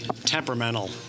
temperamental